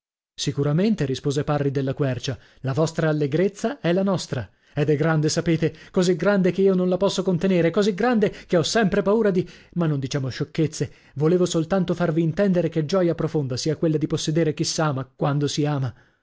sicuramente rispose parri della quercia la vostra allegrezza è la nostra ed è grande sapete così grande che io non la posso contenere così grande che ho sempre paura di ma non diciamo sciocchezze volevo soltanto farvi intendere che gioia profonda sia quella di possedere chi s'ama quando si ama